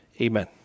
Amen